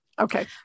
Okay